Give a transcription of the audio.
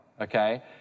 okay